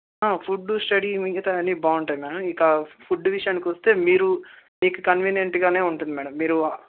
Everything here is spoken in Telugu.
ఫుడ్డు స్టడీ మిగతా అన్ని బాగుంటాయి మేడం ఇకా ఫుడ్డు విషయానికొస్తే మీరు మీకు కన్వీనియెంట్గానే ఉంటుంది మేడం మీరు